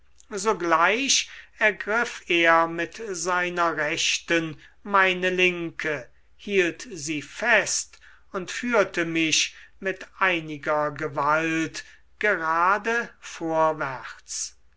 sogleich ergriff er mit seiner rechten meine linke hielt sie fest und führte mich mit einiger gewalt gerade vorwärts